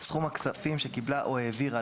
סכום הכספים שקיבלה או העבירה,